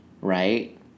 right